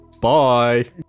bye